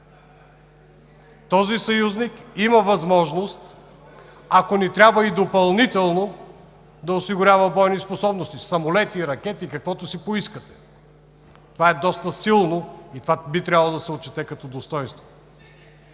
Този съюзник има възможност, ако ни трябва, допълнително да осигурява бойни способности – самолети, ракети и каквото си поискате. Това е доста силно и това би трябвало да се отчете като достойнство.